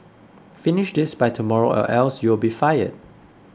finish this by tomorrow or else you'll be fired